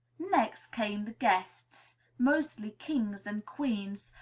next came the guests, mostly kings and queens,